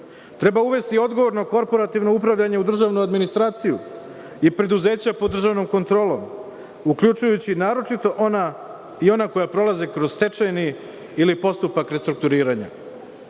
uvesti odgovorno korporativno upravljanje u državnu administraciju i preduzeća pod državnom kontrolom uključujući naročito i ona koja prolaze kroz stečajni ili postupak restrukturiranja. Treba